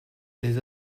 les